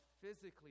physically